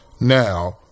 now